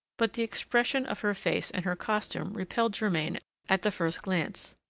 but the expression of her face and her costume repelled germain at the first glance.